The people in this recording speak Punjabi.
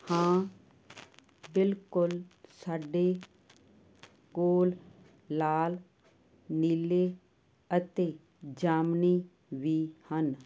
ਹਾਂ ਬਿਲਕੁਲ ਸਾਡੇ ਕੋਲ ਲਾਲ ਨੀਲੇ ਅਤੇ ਜਾਮਣੀ ਵੀ ਹਨ